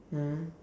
mm